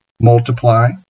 multiply